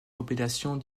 compilations